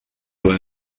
were